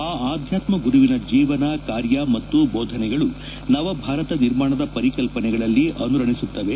ಆ ಆಧ್ವಾತ್ಮ ಗುರುವಿನ ಜೀವನ ಕಾರ್ಯ ಮತ್ತು ಬೋಧನೆಗಳು ನವಭಾರತ ನಿರ್ಮಾಣದ ಪರಿಕಲ್ಪನೆಗಳಲ್ಲಿ ಅನುರಣಿಸುತ್ತವೆ